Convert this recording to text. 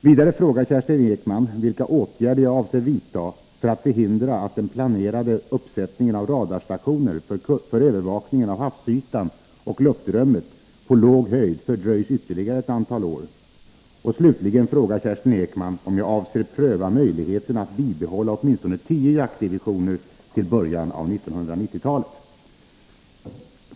Vidare frågar Kerstin Ekman vilka åtgärder jag avser vidta för att förhindra att den planerade uppsättningen av radarstationer för övervakning av havsytan och luftrummet på låg höjd fördröjs ytterligare ett antal år. Slutligen frågar Kerstin Ekman om jag avser pröva möjligheterna att bibehålla åtminstone tio jaktdivisioner till början av 1990-talet.